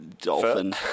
Dolphin